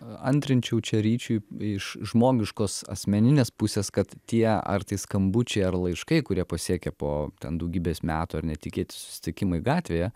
antrinčiau čia ryčiui iš žmogiškos asmeninės pusės kad tie ar tai skambučiai ar laiškai kurie pasiekia po daugybės metų ar netikėti susitikimai gatvėje